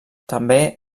també